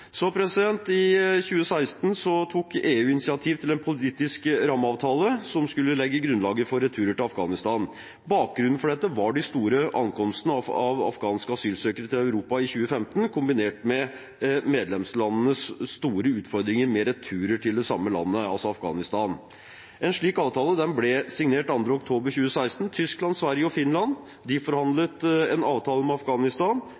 I 2016 tok EU initiativ til en politisk rammeavtale som skulle legge grunnlaget for returer til Afghanistan. Bakgrunnen for dette var de store ankomstene av afghanske asylsøkere til Europa i 2015, kombinert med medlemslandenes store utfordringer med returer til det samme landet, altså Afghanistan. En slik avtale ble signert 2. oktober 2016. Tyskland, Sverige og Finland forhandlet om en avtale med Afghanistan